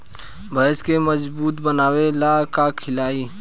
भैंस के मजबूत बनावे ला का खिलाई?